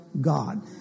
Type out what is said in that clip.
God